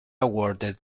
awarded